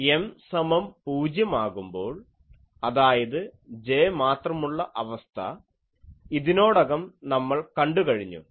M സമം പൂജ്യം ആകുമ്പോൾ അതായത് J മാത്രമുള്ള അവസ്ഥ ഇതിനോടകം നമ്മൾ കണ്ടുകഴിഞ്ഞു